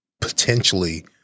potentially